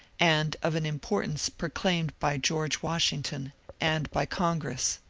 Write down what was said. and of an im portance proclaimed by george washington and by congress.